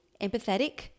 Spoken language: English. empathetic